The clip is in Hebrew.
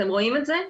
אתם רואים אותו?